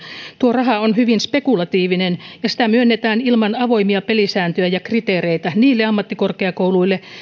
tuo raha on hyvin spekulatiivinen ja sitä myönnetään ilman avoimia pelisääntöjä ja kriteereitä niille ammattikorkeakouluille